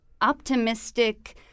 optimistic